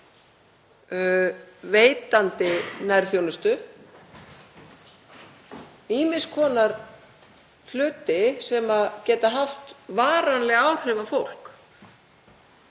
veitandi nærþjónustu, ýmiss konar hluti sem geta haft varanleg áhrif á fólk